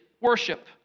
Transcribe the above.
worship